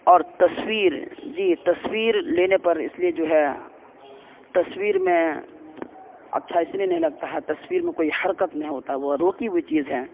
اور تصویر جی تصویر لینے پر اس لیے جو ہے تصویر میں اچھا اسی لیے نہیں لگتا ہے تصویر میں کوئی حرکت نہیں ہوتا ہے وہ روکی ہوئی چیز ہیں